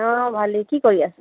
অঁ ভালেই কি কৰি আছে